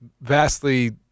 vastly